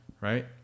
right